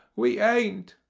we hain't,